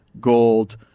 Gold